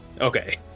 Okay